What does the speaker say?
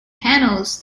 panels